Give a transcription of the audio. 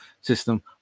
system